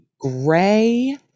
gray